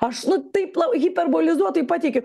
aš nu taip hiperbolizuotai pateikiu